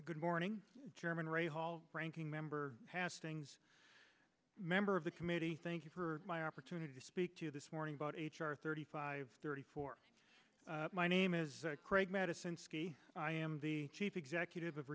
good morning german or a hall ranking member has things member of the committee thank you for my opportunity to speak to you this morning about h r thirty five thirty four my name is craig madison ski i am the chief executive of